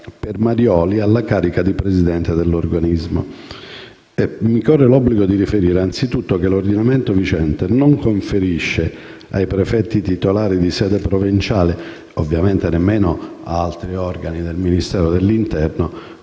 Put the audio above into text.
Piermarioli alla carica di presidente dell'organismo. Mi corre l'obbligo di riferire anzitutto che l'ordinamento vigente non conferisce né ai prefetti titolari di sede provinciale, né ad altri organi del Ministero dell'interno